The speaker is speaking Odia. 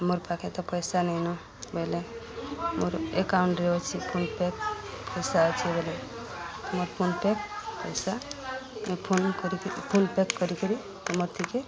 ମୋର୍ ପାଖେ ତ ପଇସା ନେଇନ ବୋଇଲେ ମୋର ଏକାଉଣ୍ଟରେ ଅଛି ଫୋନ୍ ପେକ୍ ପଇସା ଅଛି ବୋଇଲେ ତ ମୋର୍ ଫୋନ ପେକ୍ ପଇସା ଫୋନ କରିକିରି ଫୋନ୍ ପେକ୍ କରିକିରି ତମର ଥିକେ